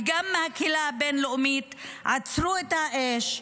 וגם מהקהילה הבין-לאומית: עצרו את האש,